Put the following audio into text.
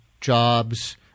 jobs